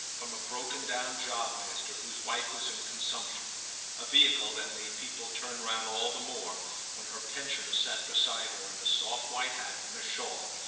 from a broken-down jobmaster whose wife was in consumption a vehicle that made people turn round all the more when her pensioner sat beside her in a soft white hat and a shawl,